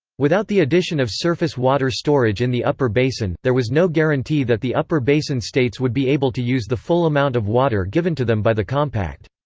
without the addition of surface water storage in the upper basin, there was no guarantee that the upper basin states would be able to use the full amount of water given to them by the compact.